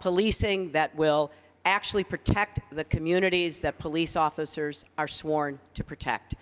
policing that will actually protect the communities that police officers are sworn to protect.